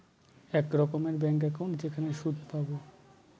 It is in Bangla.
এক রকমের ব্যাঙ্ক একাউন্ট যেখানে সুদ পাবো